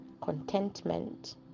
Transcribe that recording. contentment